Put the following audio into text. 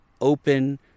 open